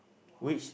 which